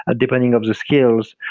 ah depending of the skills,